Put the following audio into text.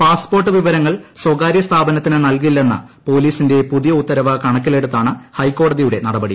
passport വിവരങ്ങൾ സ്വകാര്യസ്ഥാപനത്തിന് നല്കില്ലെന്ന പൊലീസിന്റെ പുതിയ ഉത്തരവ് കണക്കിലെടുത്താണ് ഹൈക്കോടതിയുടെ നടപടി